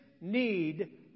need